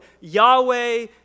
Yahweh